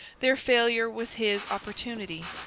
their failure was his opportunity,